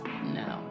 No